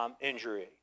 injury